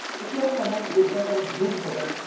if you are someone who doesn't have a huge budget,